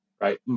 right